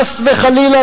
חס וחלילה,